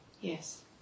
Yes